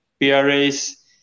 PRAs